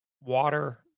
water